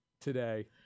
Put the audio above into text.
today